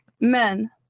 Men